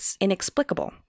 inexplicable